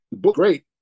great